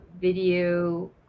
video